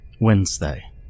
Wednesday